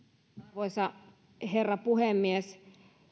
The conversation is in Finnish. arvoisa herra puhemies